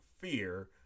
fear